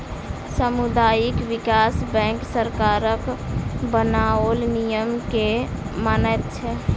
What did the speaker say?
सामुदायिक विकास बैंक सरकारक बनाओल नियम के मानैत छै